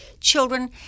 children